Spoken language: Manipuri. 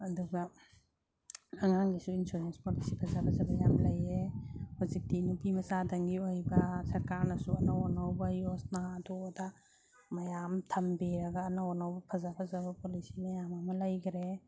ꯑꯗꯨꯒ ꯑꯉꯥꯡꯒꯤꯁꯨ ꯏꯟꯁꯨꯔꯦꯟꯁ ꯄꯣꯂꯤꯁꯤ ꯐꯖ ꯐꯖꯕ ꯌꯥꯝ ꯂꯩꯌꯦ ꯍꯧꯖꯤꯛꯇꯤ ꯅꯨꯄꯤ ꯃꯆꯥꯗꯪꯒꯤ ꯑꯣꯏꯕ ꯁꯔꯀꯥꯔꯅꯁꯨ ꯑꯅꯧ ꯑꯅꯧꯕ ꯌꯣꯖꯅꯥ ꯑꯗꯨ ꯑꯗꯥ ꯃꯌꯥꯝ ꯊꯝꯕꯤꯔꯒ ꯑꯅꯧ ꯑꯅꯧꯕ ꯐꯖ ꯐꯖꯕ ꯄꯣꯂꯤꯁꯤ ꯃꯌꯥꯝ ꯑꯃ ꯂꯩꯒꯔꯦ